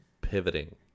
pivoting